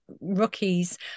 rookies